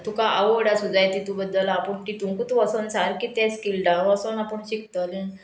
तुका आवड आसू जाय तितू बद्दल आपूण तितूंकूच वोसोन सारकी ते स्किल्डां वोसोन आपूण शिकतलें